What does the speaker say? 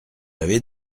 avez